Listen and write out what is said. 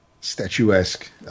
statuesque